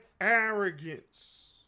arrogance